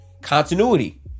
Continuity